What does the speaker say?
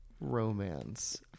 romance